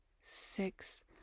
six